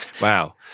Wow